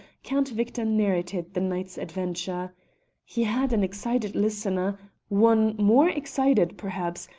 count victor narrated the night's adventure he had an excited listener one more excited, perhaps,